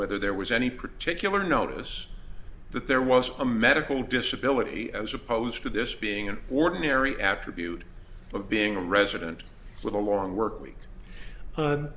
whether there was any particular notice that there was a medical disability as opposed to this being an ordinary attribute of being a resident with a long workweek